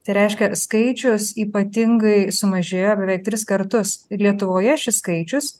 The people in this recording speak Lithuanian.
tai reiškia skaičius ypatingai sumažėjo beveik tris kartus ir lietuvoje šis skaičius